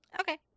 Okay